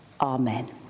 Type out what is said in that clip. amen